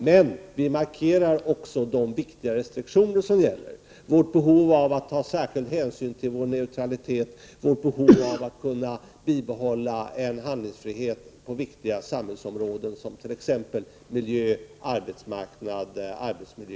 Men vi markerar också de viktiga restriktioner som gäller: vårt behov av att ta särskild hänsyn till vår neutralitet, vårt behov av att kunna bibehålla handlingsfrihet på viktiga samhällsområden, som t.ex. miljö, arbetsmarknad och arbetsmiljö.